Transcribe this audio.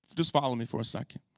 just follow me for a second.